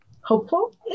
hopeful